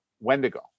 Wendigo